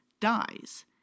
dies